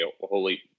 holy